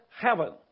heaven